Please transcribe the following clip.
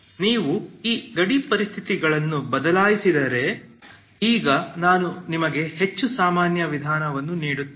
ನೀವು ಈ ಗಡಿ ಪರಿಸ್ಥಿತಿಗಳನ್ನು ಬದಲಾಯಿಸಿದರೆ ಈಗ ನಾನು ನಿಮಗೆ ಹೆಚ್ಚು ಸಾಮಾನ್ಯ ವಿಧಾನವನ್ನು ನೀಡುತ್ತೇನೆ